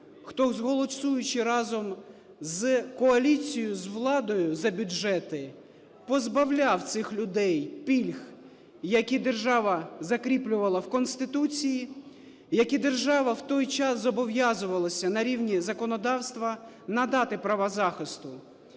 хто, голосуючи разом з коаліцією, з владою за бюджети, позбавляв цих людей пільг, які держава закріплювала в Конституції, які держава в той час зобов'язувалася на рівні законодавства надати права захисту.